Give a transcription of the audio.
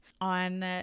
on